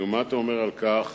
נו, מה אתה אומר על כך